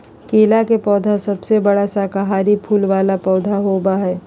केला के पौधा सबसे बड़ा शाकाहारी फूल वाला पौधा होबा हइ